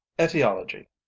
etiology